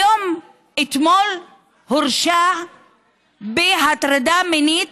היום, אתמול הורשע בהטרדה מינית